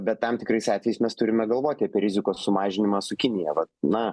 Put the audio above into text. bet tam tikrais atvejais mes turime galvoti apie rizikos sumažinimą su kinija va na